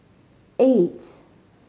eight